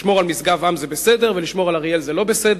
לשמור על משגב-עם זה בסדר ולשמור על אריאל זה לא בסדר?